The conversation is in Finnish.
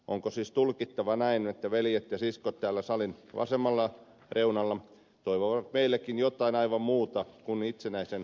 onko siis tulkittava näin että veljet ja siskot täällä salin vasemmalla reunalla toivovat meillekin jotain aivan muuta kuin itsenäisen uskottavan puolustuksen